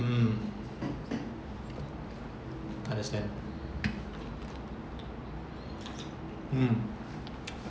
mm understand mm